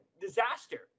disaster